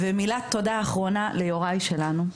מילת תודה אחרונה ליוראי שלנו,